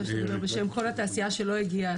אני רוצה שהיא תדבר בשם כל התעשייה שלא הגיעה,